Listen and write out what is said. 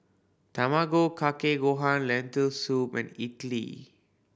Tamago Kake Gohan Lentil Soup and